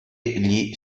gli